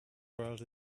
world